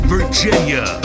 Virginia